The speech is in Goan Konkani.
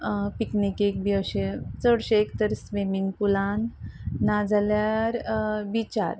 पिकनिकेक बी अशे चडशेक तर स्विमींग पुलान नाजाल्यार विचार